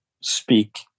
speak